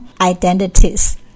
identities